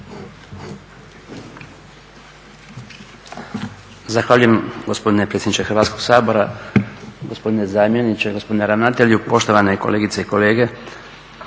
Zahvaljujem gospodine predsjedniče Hrvatskog sabora. Gospodine zamjeniče, gospodine ravnatelju, poštovane kolegice i kolege.